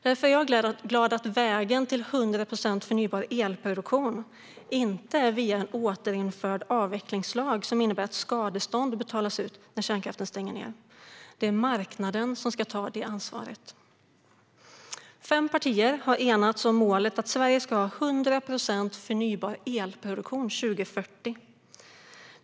Därför är jag glad att vägen till målet 100 procent förnybar elproduktion inte går via en återinförd avvecklingslag, som innebär att skadestånd betalas ut när kärnkraft stänger ned. Det är marknaden som ska ta det ansvaret. Fem partier har enats om målet att Sverige ska ha 100 procent förnybar elproduktion år 2040.